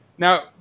Now